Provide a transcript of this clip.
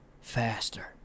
faster